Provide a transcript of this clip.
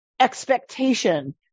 expectation